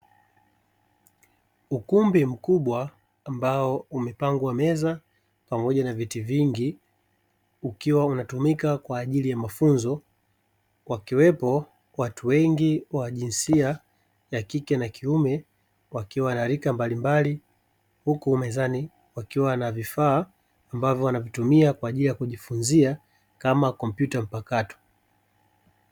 Ukumbi mkubwa ambao umepangwa meza pamoja na viti vingi ukiwa unatumika kwa ajili ya mafunzo, wakiwepo watu wengi wa jinsia ya kike na kiume wakiwa na rika mbalimbali, huku mezani wakiwa na vifaa ambavyo wanavitumia kwa ajili ya kujifunzia kama kompyuta mpakato.